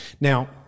Now